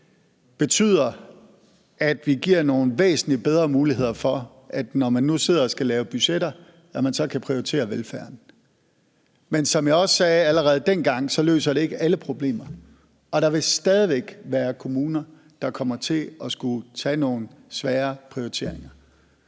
betyder, at vi giver nogle væsentlig bedre muligheder for, at man, når man nu sidder og skal lave budgetter, så kan prioritere velfærden. Men som jeg også sagde allerede dengang, løser det ikke alle problemer, og der vil stadig væk være kommuner, der kommer til at skulle foretage nogle svære prioriteringer.